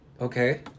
Okay